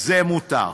זה מותר.